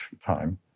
time